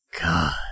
god